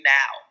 now